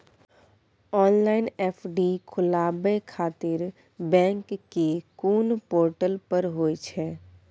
Online FD खोलाबय खातिर bank के कोन पोर्टल पर होए छै?